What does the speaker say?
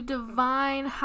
Divine